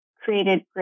created